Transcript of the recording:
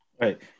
Right